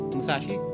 Musashi